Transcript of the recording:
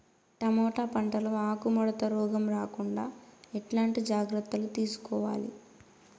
Tomato పంట లో ఆకు ముడత రోగం రాకుండా ఎట్లాంటి జాగ్రత్తలు తీసుకోవాలి?